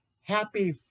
Happy